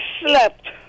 slept